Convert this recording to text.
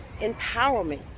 empowerment